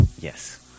yes